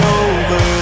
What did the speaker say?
over